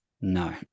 no